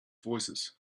voicesand